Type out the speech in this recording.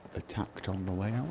attacked on the way, um